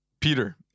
Peter